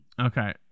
Okay